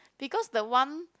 because the one